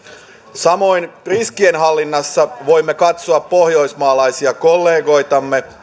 samoin riskienhallinnassa voimme katsoa pohjoismaalaisia kollegoitamme